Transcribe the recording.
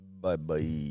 Bye-bye